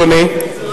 אדוני.